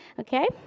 okay